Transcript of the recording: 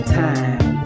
time